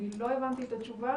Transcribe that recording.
לא הבנתי את התשובה